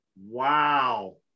Wow